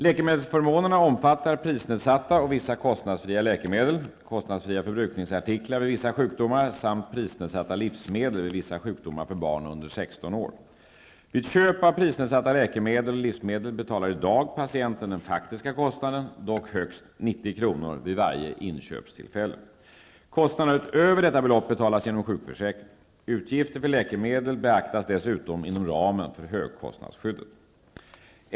Läkemedelsförmånerna omfattar prisnedsatta och vissa kostnadsfria läkemedel, kostnadsfria förbrukningsartiklar vid vissa sjukdomar samt prisnedsatta livsmedel vid vissa sjukdomar för barn under 16 år. Vid köp av prisnedsatta läkemedel och livsmedel betalar i dag patienten den faktiska kostnaden, dock högst 90 kr., vid varje inköpstillfälle. Kostnaderna utöver detta belopp betalas genom sjukförsäkringen. Utgifter för läkemedel beaktas dessutom inom ramen för högkostnadsskyddet.